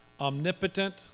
omnipotent